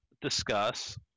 discuss